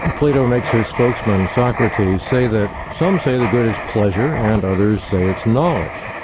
and plato makes his spokesman, socrates, say that some say the good is pleasure and others say it's knowledge.